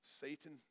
Satan